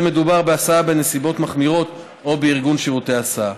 מדובר בהסעה בנסיבות מחמירות או בארגון שירותי הסעה.